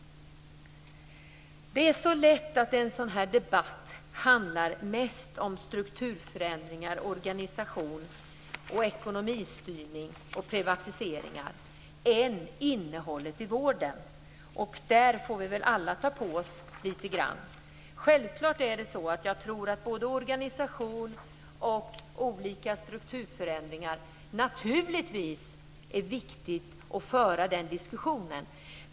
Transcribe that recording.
Det är så lätt att en sådan här debatt handlar mer om strukturförändringar, organisation, ekonomistyrning och privatiseringar än om innehållet i vården. Det får vi väl alla ta på oss skulden för. Självklart tror jag att det är viktigt att diskutera både organisation och olika strukturförändringar.